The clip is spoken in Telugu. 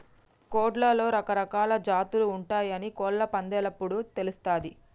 కోడ్లలో రకరకాలా జాతులు ఉంటయాని కోళ్ళ పందేలప్పుడు తెలుస్తది